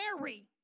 Mary